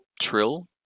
trill